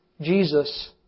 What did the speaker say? Jesus